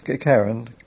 Karen